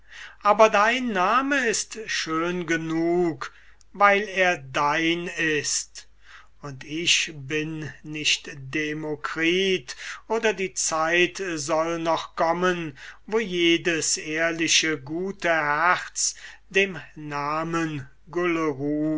aber dein name ist schön genug weil er dein ist und ich bin nicht demokritus oder die zeit soll noch kommen wo jedes ehrliche gute herz dem namen